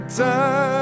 time